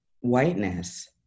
whiteness